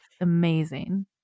amazing